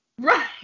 Right